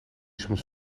soms